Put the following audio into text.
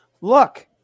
Look